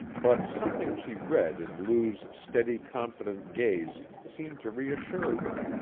but something she read in lou's steady, confident gaze seemed to reassure her,